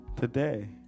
today